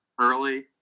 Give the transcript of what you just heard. early